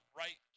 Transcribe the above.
right